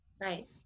right